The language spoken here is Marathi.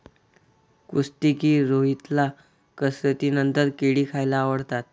कुस्तीगीर रोहितला कसरतीनंतर केळी खायला आवडतात